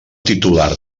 titular